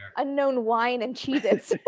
unknown wine and cheez-its.